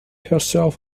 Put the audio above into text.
herself